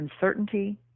uncertainty